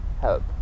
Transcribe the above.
help